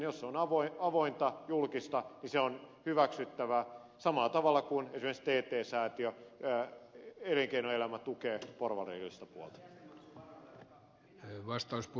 jos se on avointa julkista niin se on hyväksyttävää samalla tavalla kuin esimerkiksi tt säätiö elinkeinoelämä tukee porvarillista puolta